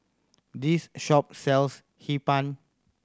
this shop sells Hee Pan